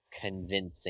convincing